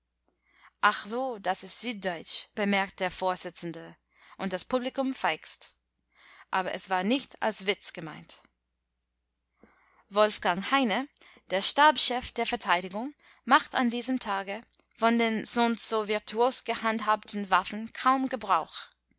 ach so das ist süddeutsch bemerkt der vorsitzende und das publikum feixt aber es war nicht als witz gemeint wolfgang heine der stabschef der verteidigung macht an diesem tage von den sonst so virtuos gehandhabten waffen kaum gebrauch